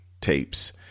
tapes